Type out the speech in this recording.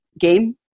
game